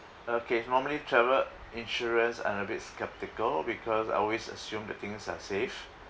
okay normally travel insurance I'm a bit skeptical because I always assume that things are safe